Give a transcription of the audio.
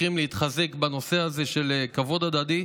צריכים להתחזק בנושא של כבוד הדדי,